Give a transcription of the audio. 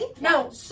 No